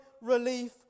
relief